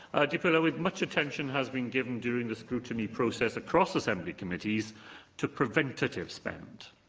dirprwy lywydd, much attention has been given during the scrutiny process across assembly committees to preventative spend.